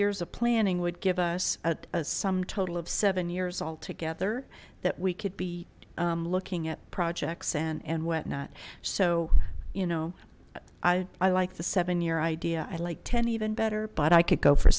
years of planning would give us a sum total of seven years all together that we could be looking at projects and whatnot so you know i i like the seven year idea i like ten even better but i could go for